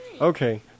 Okay